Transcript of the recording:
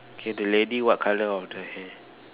okay the lady what colour of the hair